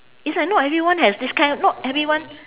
it's like not everyone has this kind not everyone